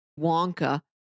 Wonka